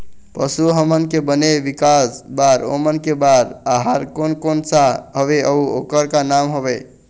पशु हमन के बने विकास बार ओमन के बार आहार कोन कौन सा हवे अऊ ओकर का नाम हवे?